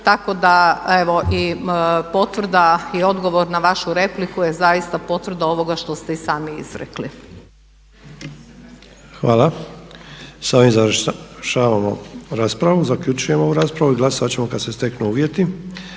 Tako da evo i potvrda i odgovor na vašu repliku je zaista potvrda ovoga što ste i sami izrekli. **Sanader, Ante (HDZ)** Hvala. S ovim završavamo raspravu. Zaključujem ovu raspravu. Glasovat ćemo kad se steknu uvjeti.